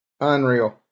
unreal